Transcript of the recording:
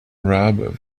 rob